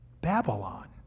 Babylon